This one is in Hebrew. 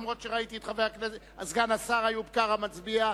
אף שראיתי את סגן השר איוב קרא מצביע,